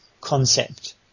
concept